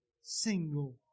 single